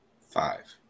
Five